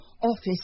Office